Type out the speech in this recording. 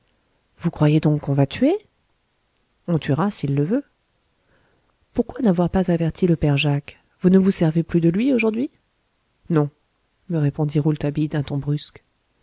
vous croyez donc qu'on va tuer on tuera s'il le veut pourquoi n'avoir pas averti le père jacques vous ne vous servez plus de lui aujourd'hui non me répondit rouletabille d'un ton brusque